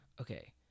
Okay